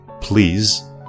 please